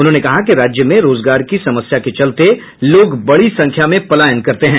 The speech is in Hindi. उन्होंने कहा कि राज्य में रोजगार की समस्या के चलते लोग बड़ी संख्या में पलायन करते हैं